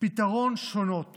פתרון שונות